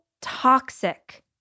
toxic